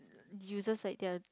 uses like their